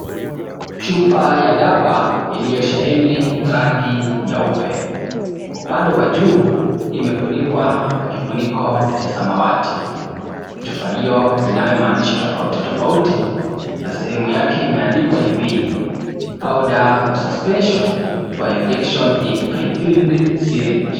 Chupa ya dawa iliyosheheni rangi nyeupe , upande wa juu imefunikwa na kifuniko Cha samawati ,chupa hiyo inayo maandishi tofauti tofauti na sehemu yake imeandikwa hivi , powder for suspension for injection in prefilled syringe (cs).